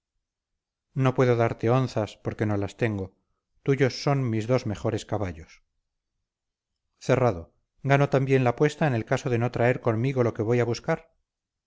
no puedo darte onzas porque no las tengo tuyos son mis dos mejores caballos cerrado gano también la apuesta en el caso de no traer conmigo lo que voy a buscar